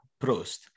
prost